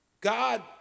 God